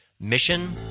mission